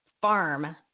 farm